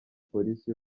polisi